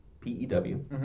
P-E-W